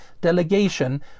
delegation